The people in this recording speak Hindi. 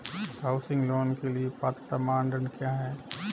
हाउसिंग लोंन के लिए पात्रता मानदंड क्या हैं?